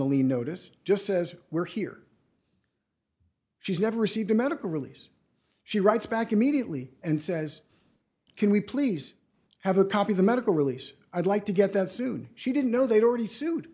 lien notice just says we're here she's never received a medical release she writes back immediately and says can we please have a copy the medical release i'd like to get that soon she didn't know they'd already su